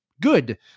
good